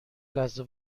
لحظه